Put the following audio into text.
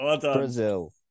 Brazil